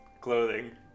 Clothing